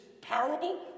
parable